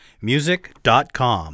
music.com